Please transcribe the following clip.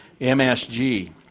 MSG